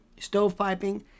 stovepiping